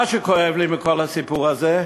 מה שכואב לי בכל הסיפור הזה,